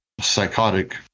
psychotic